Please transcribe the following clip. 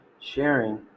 sharing